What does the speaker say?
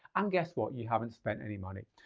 um guess what? you haven't spent any money.